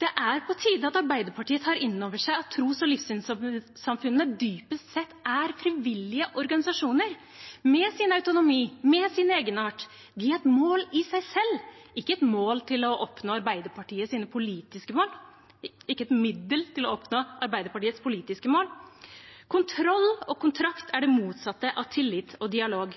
Det er på tide at Arbeiderpartiet tar inn over seg at tros- og livssynssamfunnene dypest sett er frivillige organisasjoner – med sin autonomi og sin egenart. De er et mål i seg selv, ikke et middel for å oppnå Arbeiderpartiets politiske mål. Kontroll og kontrakt er det motsatte av tillit og dialog.